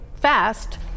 fast